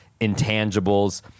intangibles